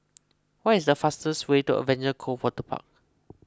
what is the fastest way to Adventure Cove Waterpark